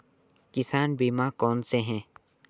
किसान बीमा कौनसे हैं?